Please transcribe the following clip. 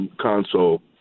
console